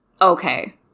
Okay